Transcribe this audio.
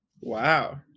Wow